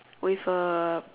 with a